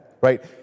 right